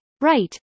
right